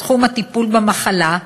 בתחום הטיפול במחלה.